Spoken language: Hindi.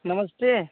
नमस्ते